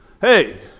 hey